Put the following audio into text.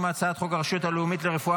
אני קובע כי הצעת חוק הרשות הלאומית למאבק בסמים